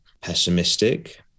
pessimistic